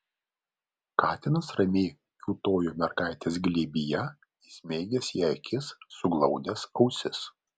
katinas ramiai kiūtojo mergaitės glėbyje įsmeigęs į ją akis suglaudęs ausis